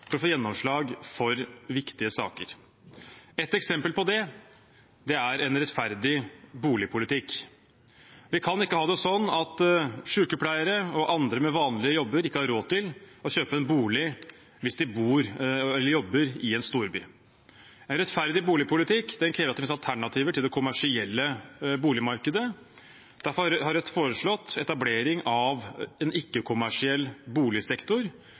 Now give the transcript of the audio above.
å få gjennomslag for viktige saker. Et eksempel på det er en rettferdig boligpolitikk. Vi kan ikke ha det slik at sykepleiere og andre med vanlige jobber ikke har råd til å kjøpe en bolig hvis de jobber i en storby. En rettferdig boligpolitikk krever at det finnes alternativer til det kommersielle boligmarkedet. Derfor har Rødt foreslått etablering av en ikke-kommersiell boligsektor,